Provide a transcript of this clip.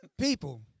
People